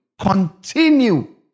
continue